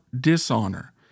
dishonor